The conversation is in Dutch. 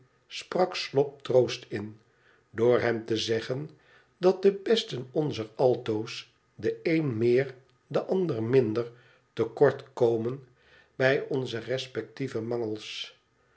sprak slop troost in door hem te zeggen dat de besten onzer altoos de een meer de ander minder te kort komen bij onze respectieve mangels